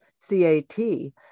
C-A-T